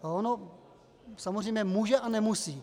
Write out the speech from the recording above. A ono samozřejmě může a nemusí.